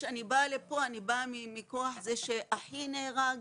כשאני באה לפה אני באה מכוח זה שאחי נהרג,